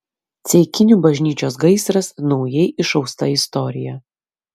ceikinių bažnyčios gaisras naujai išausta istorija